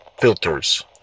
Filters